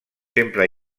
sempre